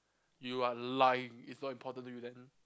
you are lying it's not important to you then